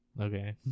Okay